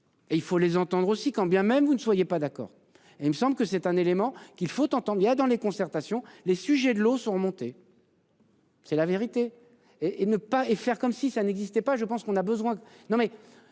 Et il faut les entendre aussi, quand bien même, vous ne soyez pas d'accord et il me semble que c'est un élément qu'il faut entendre a dans les concertations. Les sujets de l'eau sont remontés. C'est la vérité et et ne pas et faire comme si ça n'existait pas, je pense qu'on a besoin.